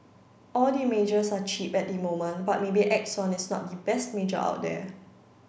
all the majors are cheap at the moment but maybe Exxon is not the best major out there